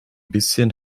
bisschen